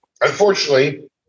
unfortunately